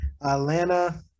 Atlanta